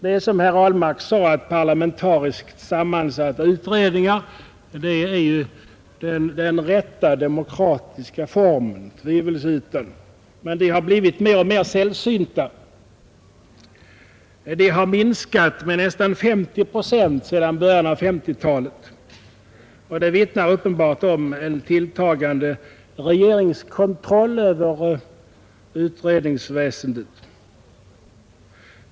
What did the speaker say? Det är som herr Ahlmark sade, att parlamentariskt sammansatta utredningar tvivelsutan är den rätta demokratiska formen. Men den sortens utredningar har blivit mer och mer sällsynta — de har minskat med nästan 50 procent sedan början av 1950-talet — och det vittnar uppenbarligen om en tilltagande regeringskontroll av utredningsväsendet.